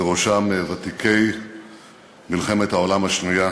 ובראשם ותיקי מלחמת העולם השנייה,